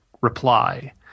reply